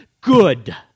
good